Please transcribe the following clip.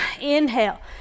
inhale